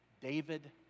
David